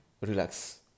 relax